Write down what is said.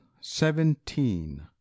seventeen